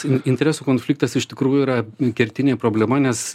in interesų konfliktas iš tikrųjų yra kertinė problema nes